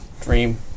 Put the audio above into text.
Dream